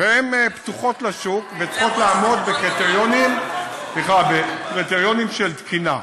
והן פתוחות לשוק וצריכות לעמוד בקריטריונים של תקינה,